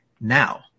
now